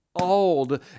old